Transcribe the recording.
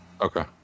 Okay